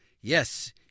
Yes